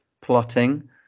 plotting